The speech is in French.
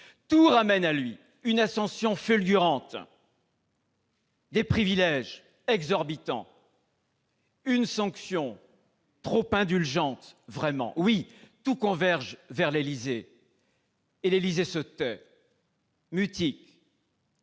Tout ramène à lui : une ascension fulgurante, des privilèges exorbitants, une sanction trop indulgente ! Vraiment, oui, tout converge vers l'Élysée, et l'Élysée se tait, est mutique,